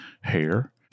hair